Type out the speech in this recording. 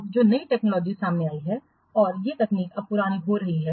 अब जो नई टेक्नोलॉजी सामने आई हैं और ये तकनीक अब पुरानी हो रही हैं